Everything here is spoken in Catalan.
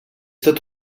tot